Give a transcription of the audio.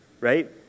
right